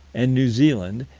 and new zealand,